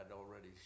already